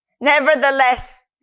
nevertheless